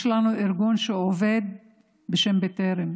יש לנו ארגון שעובד בשם בטרם,